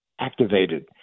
activated